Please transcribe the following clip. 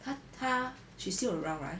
她她 she's still around [right]